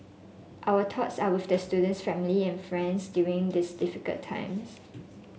our thoughts are with the student's family and friends during this difficult times